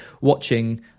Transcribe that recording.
watching